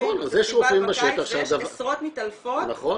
פסטיבל בקיץ ויש עשרות מתעלפות --- נכון.